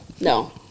no